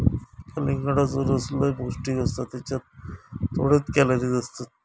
कलिंगडाचो रस लय पौंष्टिक असता त्येच्यात थोडेच कॅलरीज असतत